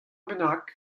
bennak